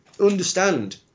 understand